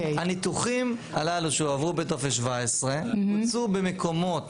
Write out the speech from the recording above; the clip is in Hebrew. הניתוחים הללו שהועברו בטופס 17 בוצעו במקומות,